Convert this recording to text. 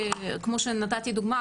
כמו שנתתי דוגמה,